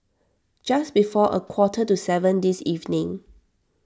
just before a quarter to seven this evening